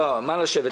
אותו: על מה לשבת?